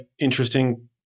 interesting